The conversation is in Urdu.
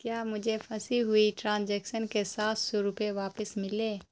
کیا مجھے فنسی ہوئی ٹرانجیکسن کے سات سو روپئے واپس ملے